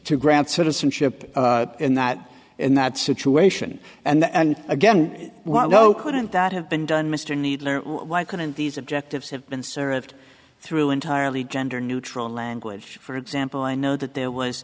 to grant citizenship in that in that situation and again while no couldn't that have been done mr kneedler why couldn't these objectives have been served through entirely gender neutral language for example i know that there was